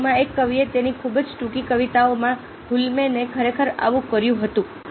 વાસ્તવમાં એક કવિએ તેની ખૂબ જ ટૂંકી કવિતાઓમાં હુલ્મેને ખરેખર આવું કર્યું હતું